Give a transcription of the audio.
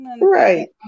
Right